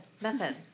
Method